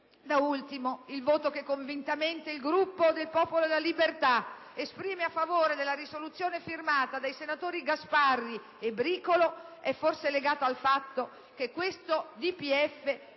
Da ultimo, il voto che convintamente il Gruppo del Popolo della Libertà esprime a favore della proposta di risoluzione firmata dai senatori Gasparri e Bricolo è forse legato al fatto che questo DPEF